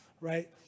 right